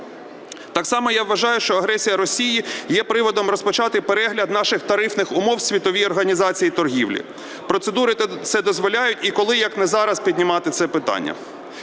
Так само я вважаю, що агресія Росії є приводом розпочати перегляд наших тарифних умов у Світовій організації торгівлі. Процедури це дозволяють, і коли, як не зараз, піднімати це питання.